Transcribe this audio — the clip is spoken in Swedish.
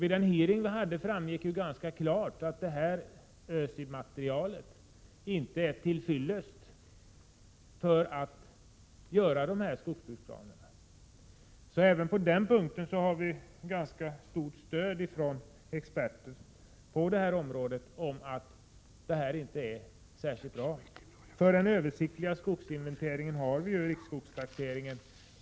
Vid en hearing i utskottet framgick ganska klart att detta ÖSI-material inte är till fyllest för att upprätta dessa skogsbruksplaner. Även på den punkten har vi fått ett ganska stort stöd från experter. Det här är inte särskilt bra, säger de. Vi får ju en översiktlig skogsinventering genom riksskogstaxeringen.